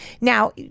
now